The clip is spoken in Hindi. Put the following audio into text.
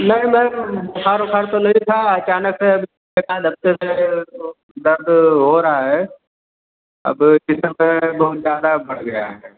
नहीं मैम बुखार ऊखार तो नहीं था अचानक से एकाध हफ्ते से दर्द हो रहा है अब इधर दर्द बहुत ज्यादा बढ़ गया है